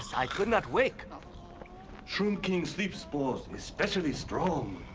i could not wake. shroom king sleep spores especially strong.